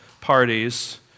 parties